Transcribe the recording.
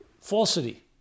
falsity